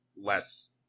less